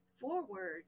forward